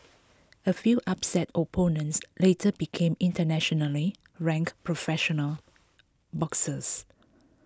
a few upset opponents later became internationally ranked professional boxers